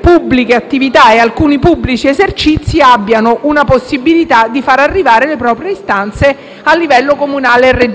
pubbliche attività e pubblici esercizi abbiano la possibilità di far arrivare le proprie istanze a livello comunale e regionale. Chiedo,